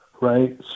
right